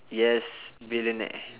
yes billionaire